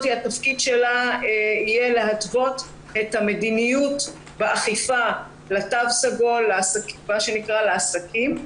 תפקידה יהיה להתוות את המדיניות באכיפה לתו הסגול לעסקים,